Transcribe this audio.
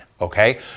Okay